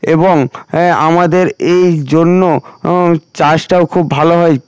এবং আমাদের এই জন্য ও চাষটাও খুব ভালো হয়